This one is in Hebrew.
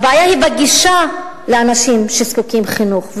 הבעיה היא בגישה לאנשים שזקוקים לחינוך,